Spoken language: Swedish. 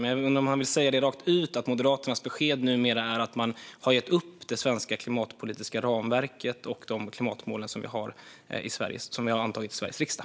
Men jag undrar om han vill säga rakt ut att Moderaternas besked numera är att man har gett upp det svenska klimatpolitiska ramverket och de klimatmål som vi har antagit i Sveriges riksdag.